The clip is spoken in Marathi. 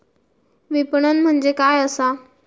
विपणन म्हणजे काय असा?